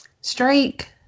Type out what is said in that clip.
strike